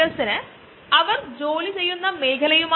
നമുക്ക് ഇവിടെ നമ്മുടെ പ്രേസേന്റ്റേഷനിലേക്കു മടങ്ങാം